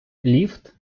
ліфт